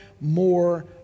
more